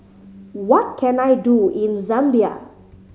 what can I do in Zambia